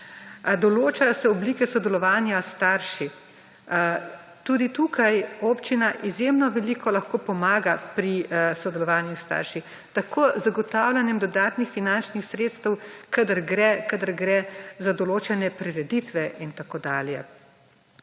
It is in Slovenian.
Določa se oblike sodelovanja s starši. Tudi tukaj občina izjemno veliko lahko pomaga pri sodelovanju s starši, tako z zagotavljanjem dodatnih finančnih sredstev, kadar gre za določene prireditve in tako dalje.